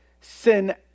sin